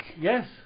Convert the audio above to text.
Yes